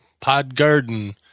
Podgarden